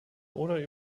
oder